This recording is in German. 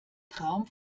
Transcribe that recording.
traum